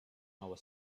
małe